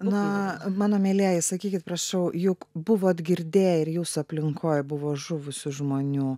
na mano mielieji sakykit prašau juk buvot girdėję ir jūsų aplinkoj buvo žuvusių žmonių